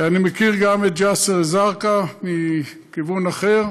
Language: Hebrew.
אני מכיר גם את ג'סר-א-זרקא מכיוון אחר,